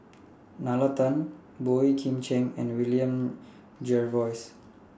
Nalla Tan Boey Kim Cheng and William Jervois